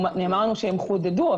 שהם חודדו,